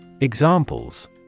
Examples